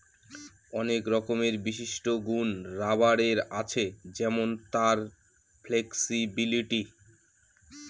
অনেক রকমের বিশিষ্ট গুন রাবারের আছে যেমন তার ফ্লেক্সিবিলিটি